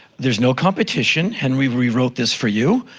there's no competition. henry, we wrote this for you.